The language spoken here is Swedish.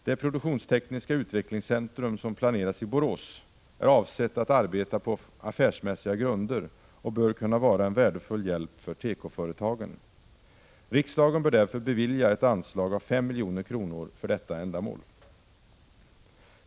Det produktionstekniska utvecklingscentrum som planeras i Borås är avsett att arbeta på affärsmässiga grunder och bör kunna vara en värdefull hjälp för tekoföretagen. Riksdagen bör därför bevilja ett anslag på 5 milj.kr. för detta ändamål.